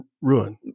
ruin